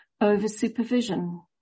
over-supervision